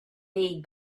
made